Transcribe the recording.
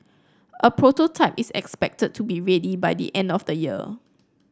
a prototype is expected to be ready by the end of the year